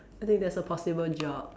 I think that's a possible job